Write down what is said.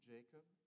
Jacob